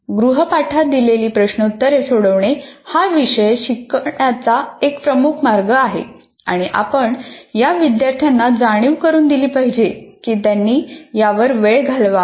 गृहपाठात दिलेली प्रश्नोत्तरे सोडवणे हा विषय शिकण्याचा एक प्रमुख मार्ग आहे आणि आपण या विद्यार्थ्यांना जाणीव करुन दिली पाहिजे की त्यांनी यावर वेळ घालवावा